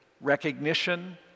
recognition